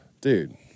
dude